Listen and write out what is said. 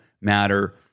matter